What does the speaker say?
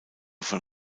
von